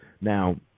Now